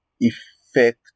effect